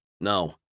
No